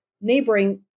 neighboring